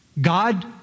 God